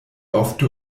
ofte